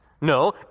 No